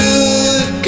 Good